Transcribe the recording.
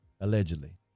allegedly